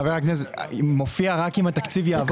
חבר הכנסת, מופיע רק אם התקציב יעבור.